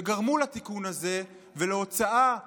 שגרמו לתיקון הזה ולהוצאה שלנו,